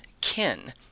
Kin